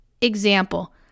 Example